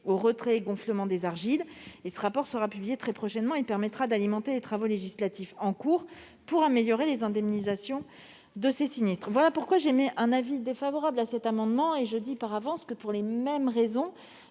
au retrait-gonflement des argiles. Le rapport sera publié très prochainement. Cela permettra d'alimenter les travaux législatifs en cours pour améliorer les indemnisations de ces sinistres. Par conséquent, j'émets un avis défavorable sur ces deux amendements identiques. J'indique par avance que, pour les mêmes raisons,